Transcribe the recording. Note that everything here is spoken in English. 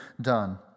done